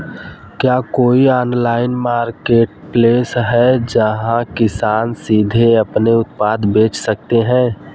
क्या कोई online marketplace है जहां किसान सीधे अपने उत्पाद बेच सकते हैं?